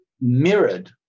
mirrored